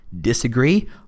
disagree